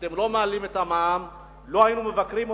אתם לא מעלים את המע"מ, לא היינו מבקרים אתכם.